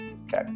Okay